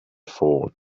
phone